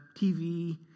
TV